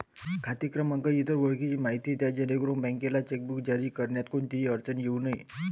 खाते क्रमांक, इतर ओळखीची माहिती द्या जेणेकरून बँकेला चेकबुक जारी करण्यात कोणतीही अडचण येऊ नये